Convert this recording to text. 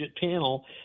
Panel